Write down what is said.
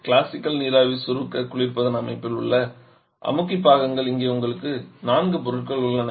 classical நீராவி சுருக்க குளிர்பதன அமைப்பில் உள்ள அமுக்கி பாகங்கள் இங்கே உங்களுக்கு நான்கு பொருட்கள் உள்ளன